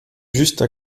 juste